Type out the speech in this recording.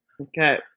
Okay